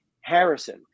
Harrison